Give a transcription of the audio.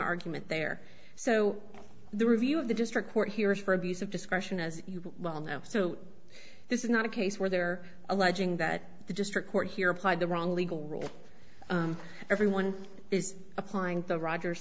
argument there so the review of the district court here is for abuse of discretion as you well know so this is not a case where they're alleging that the district court here applied the wrong legal rule everyone is applying the rogers